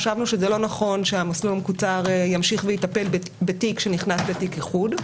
חשבנו שזה לא נכון שהמסלול המקוצר ימשיך ויטפל בתיק שנכנס לתיק איחוד.